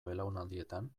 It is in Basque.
belaunaldietan